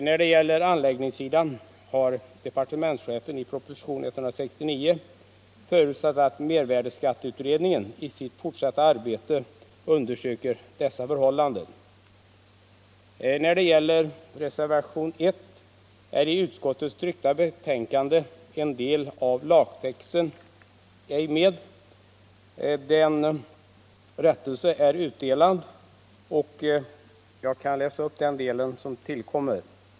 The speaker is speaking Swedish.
När det gäller anläggningssidan har departementschefen i propositionen 169 förutsatt att mervärdeskatteutredningen i sitt fortsatta arbete undersöker dessa förhållanden. I reservationen 1 är i utskottets tryckta betänkande en del av den föreslagna lagtexten ej med. En rättelse är utdelad, och jag kan läsa upp den del som tillkommer.